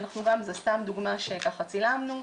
זה סתם דוגמא שצילמנו.